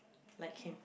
like him